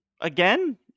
Again